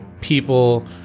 people